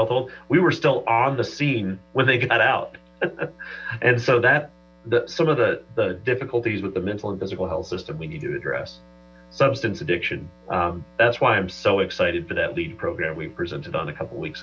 health we were still on the scene when they got out and so that some of the difficulties the mental and physical health system we need to address substance addiction that's why i'm so excited for that lead program we presented on couple of weeks